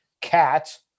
cat